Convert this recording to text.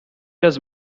does